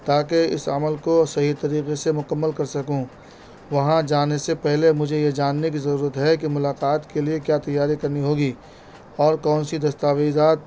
تاکہ اس عمل کو صحیح طریقے سے مکمل کر سکوں وہاں جانے سے پہلے مجھے یہ جاننے کی ضرورت ہے کہ ملاقات کے لیے کیا تیاری کرنی ہوگی اور کون سی دستاویزات